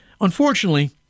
Unfortunately